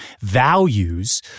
values